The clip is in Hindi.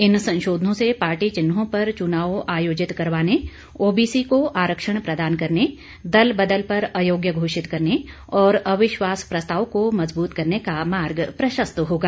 इन संशोधनों से पार्टी चिन्हों पर चुनाव आयोजित करवाने ओबीसी को आरक्षण प्रदान करने दल बदल पर अयोग्य घोषित करने और अविश्वास प्रस्ताव को मजबूत करने का मार्ग प्रशस्त होगा